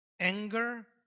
anger